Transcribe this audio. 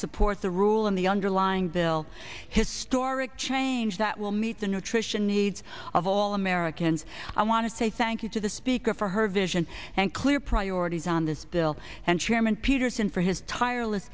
support the rule in the underlying bill historic change that will meet the nutrition needs of all americans i want to say thank you to the speaker for her vision and clear priorities on this bill and chairman peterson for his tire